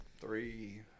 three